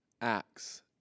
Acts